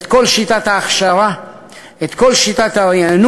את כל שיטת ההכשרה,